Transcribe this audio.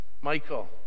Michael